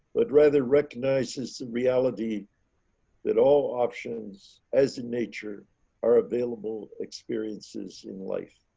but rather recognizes the reality that all options as a nature are available experiences in life.